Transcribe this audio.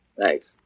Thanks